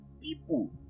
people